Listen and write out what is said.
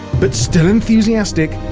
but still enthusiastic,